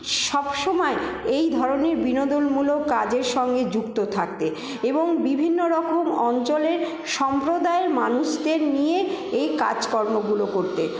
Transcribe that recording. সবসময় এই ধরনের বিনোদনমূলক কাজের সঙ্গে যুক্ত থাকতে এবং বিভিন্ন রকম অঞ্চলের সম্প্রদায়ের মানুষদের নিয়ে এই কাজকর্মগুলো করতে